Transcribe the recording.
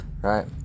right